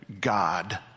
God